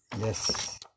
Yes